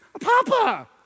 Papa